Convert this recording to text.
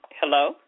Hello